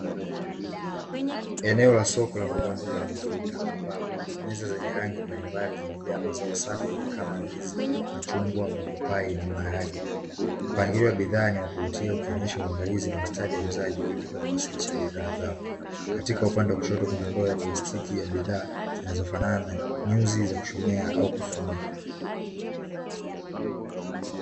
Eneo la soko la mbogamboga na matunda, ambapo meza zenye rangi mbalimbali zimejaa mazao safi kama ndizi, machunngwa; mapapai na maharage, mpangilio wa bidhaa ni wakuvutia ukionyesha uangalizi na ustadi wauuzaji katika kuwasilisha bidhaa zao. Katika upande wa kushoto kuna ndoo ya plastiki ya bidhaa zinafanana na nyuzi za jushonea au kufuma .